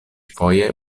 foje